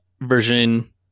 version